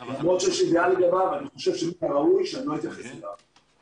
אני חושב שמן הראוי שלא אתייחס אליו.